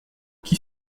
qui